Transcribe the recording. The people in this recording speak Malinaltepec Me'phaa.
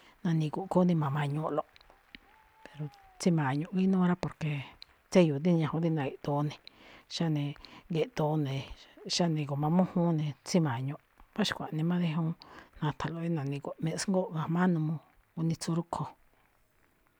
Na̱ni̱gu̱ꞌ khúún dí ma̱ma̱ñuꞌlo̱ꞌ. tsíma̱ñuꞌ ngínúú rá, porque tséyo̱o̱ díni ñajuun dí na̱ge̱ꞌdoo ne̱, xáne géꞌdoo ne̱, xáne gu̱mamújúun ne̱, tsíma̱ñuꞌ. Mbá xkuaꞌnii má dí juun na̱tha̱nlo̱ꞌ dí na̱ni̱gu̱ꞌ me̱ꞌsngóꞌ ga̱jma̱á n uu gunitsu rúꞌkho̱.